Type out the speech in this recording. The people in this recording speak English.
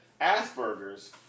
Asperger's